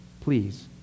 Please